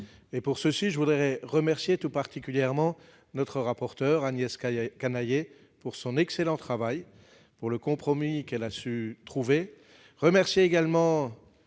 été exprimé. Je remercie tout particulièrement notre rapporteur, Agnès Canayer, pour son excellent travail, pour le compromis qu'elle a su trouver.